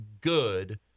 good